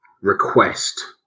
request